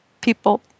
people